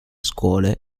scuole